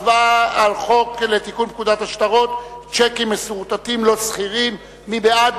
הצבעה על חוק לתיקון פקודת השטרות (שיקים מסורטטים לא סחירים): מי בעד?